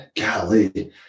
golly